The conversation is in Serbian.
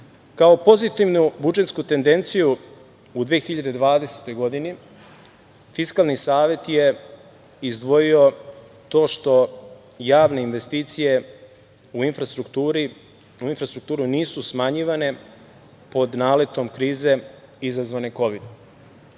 pozitivnu budžetsku tendenciju u 2020. godini, Fiskalni savet je izdvojio to što javne investicije u infrastrukturu nisu smanjivane pod naletom krize izazvane Kovidom.